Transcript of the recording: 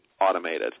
automated